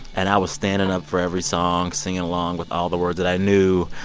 and i was standing up for every song, singing along with all the words that i knew.